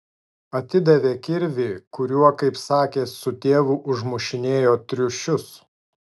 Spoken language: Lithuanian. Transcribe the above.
atidavė kirvį kuriuo kaip sakė su tėvu užmušinėjo triušius